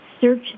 search